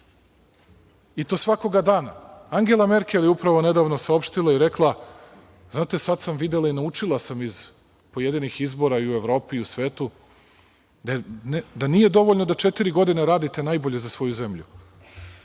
i to svakoga dana. Angela Merkel je nedavno saopštila i rekla – sada sam videla i naučila sam iz pojedinih izbora i u Evropi i u svetu da nije dovoljno da četiri godine radite najbolje za svoju zemlju,